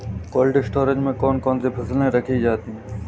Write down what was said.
Cold storage में कौन कौन सी फसलें रखी जाती हैं?